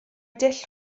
dull